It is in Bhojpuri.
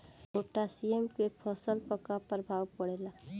पोटेशियम के फसल पर का प्रभाव पड़ेला?